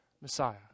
Messiah